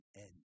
end